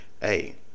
Hey